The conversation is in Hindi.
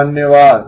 धन्यवाद